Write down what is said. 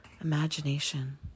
Imagination